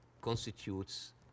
constitutes